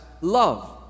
love